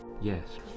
Yes